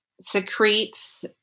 secretes